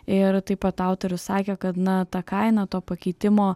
ir taip pat autorius sakė kad na ta kaina to pakeitimo